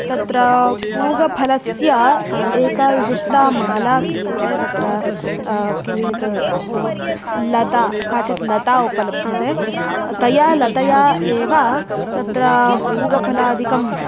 पूगफलस्य एका विशिष्टा माला क्रियते तत्र किञ्चित् लता काचित् लता उपलभ्यते तया लतया एव तत्र पूगफलादिकम्